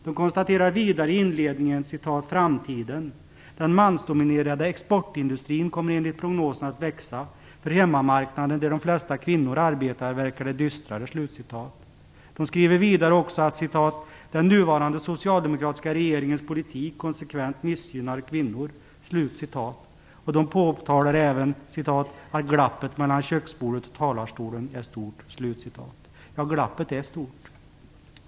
De konstaterar vidare i inledningen: "Framtiden? Den mansdominerade exportindustrin kommer enligt prognosen att växa. För hemmamarknaden där de flesta kvinnor arbetar verkar det dystrare." Vidare skriver de också att "den nuvarande socialdemokratiska regeringens politik konsekvent missgynnar kvinnor". De påtalar även att "glappet mellan köksbordet och talarstolen är stort". Ja, glappet är stort.